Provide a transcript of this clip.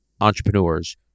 entrepreneurs